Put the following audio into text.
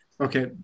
okay